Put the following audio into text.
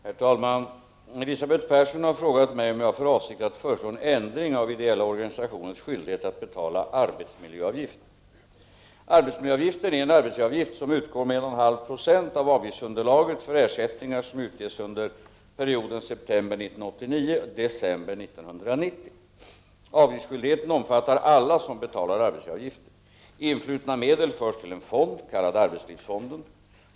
Herr talman! Elisabeth Persson har frågat mig om jag har för avsikt att föreslå en ändring av ideella organisationers skyldighet att betala arbetsmiljöavgift. giftsunderlaget för ersättningar som utges under perioden september 1989 december 1990. Avgiftsskyldigheten omfattar alla som betalar arbetsgivaravgifter. Influtna medel förs till en fond kallad arbetslivsfonden.